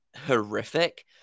horrific